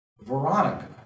Veronica